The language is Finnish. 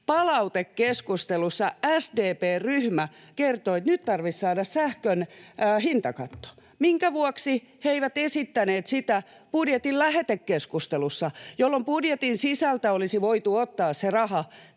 palautekeskustelussa SDP:n ryhmä kertoi, että nyt tarvitsisi saada sähkön hintakatto. Minkä vuoksi he eivät esittäneet sitä budjetin lähetekeskustelussa, jolloin budjetin sisältä olisi voitu ottaa se raha